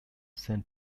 saint